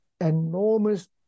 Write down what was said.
enormous